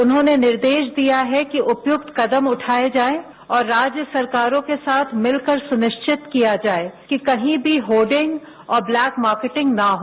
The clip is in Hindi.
उन्होंने निर्देश दिया है कि उपयुक्त कदम उठाए जाएं और राज्य सरकारों के साथ मिलकर सुनिश्चित किया जाए कि कहीं भी होर्डिंग और ब्लैक मार्केटिंग न हो